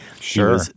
sure